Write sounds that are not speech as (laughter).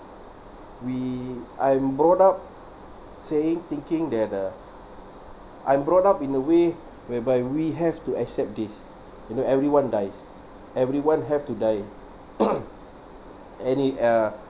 we I'm brought up saying thinking that uh I'm brought up in a way whereby we have to accept this you know everyone dies everyone have to die (coughs) and it uh